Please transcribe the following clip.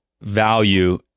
value